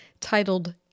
titled